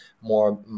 more